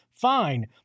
fine